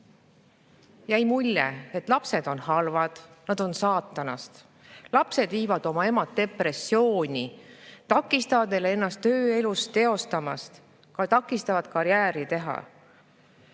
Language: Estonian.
jäi mulje, et lapsed on halvad, nad on saatanast. Lapsed viivad oma emad depressiooni, takistavad neil ennast tööelus teostamast, takistavad karjääri teha.